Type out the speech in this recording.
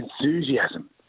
enthusiasm